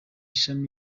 shami